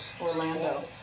Orlando